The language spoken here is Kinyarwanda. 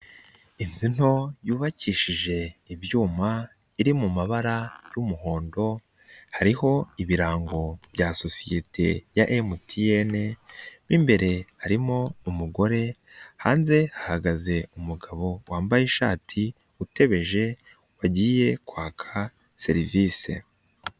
Inzu nto yubakishije ibyuma, iri mu mabara y'umuhondo, hariho ibirango bya sociyete ya MTN, mo imbere harimo umugore, hanze hagaze umugabo wambaye ishati, utebeje wagiye kwaka serivisi.